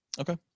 Okay